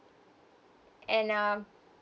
and um